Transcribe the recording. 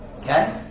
Okay